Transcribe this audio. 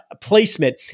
placement